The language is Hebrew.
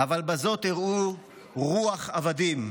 אבל רק בזאת הראו רוח עבדים,